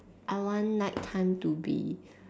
I want night time to be